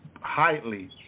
highly